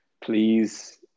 please